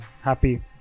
happy